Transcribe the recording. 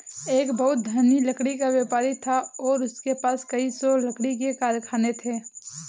एक बहुत धनी लकड़ी का व्यापारी था और उसके पास कई सौ लकड़ी के कारखाने थे